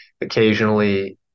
occasionally